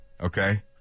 Okay